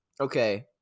okay